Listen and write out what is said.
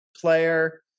player